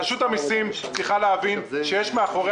רשות המסים צריכה להבין שיש מאחורי